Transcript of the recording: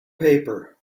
paper